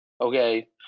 okay